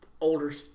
older